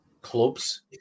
clubs